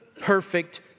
perfect